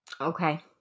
Okay